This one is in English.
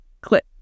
click